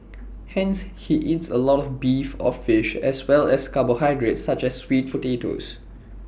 hence he eats A lot of beef or fish as well as carbohydrates such as sweet potatoes